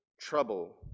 trouble